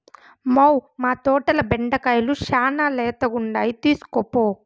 మ్మౌ, మా తోటల బెండకాయలు శానా లేతగుండాయి తీస్కోపో